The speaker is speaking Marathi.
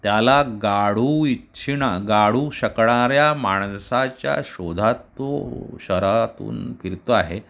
त्याला गाडू इच्छिणं गाडू शकणाऱ्या माणसाच्या शोधात तो शहरातून फिरतो आहे